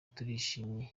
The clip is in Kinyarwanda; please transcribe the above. turishimye